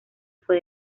fue